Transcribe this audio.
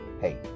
hey